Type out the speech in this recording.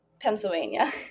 Pennsylvania